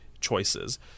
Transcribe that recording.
choices